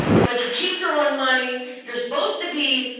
but you keep throwing money. you're supposed to be